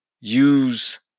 Use